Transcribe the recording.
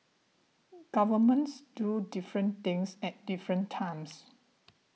governments do different things at different times